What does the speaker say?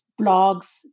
blogs